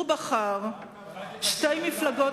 שהציבור בחר שתי מפלגות,